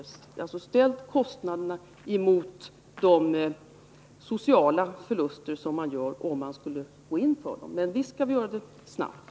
Kostnader måste alltså ställas mot de sociala förluster vi gör, om man skulle gå in för dessa förslag. Men visst skall vi studera detta snabbt.